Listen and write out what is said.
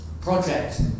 project